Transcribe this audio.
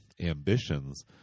ambitions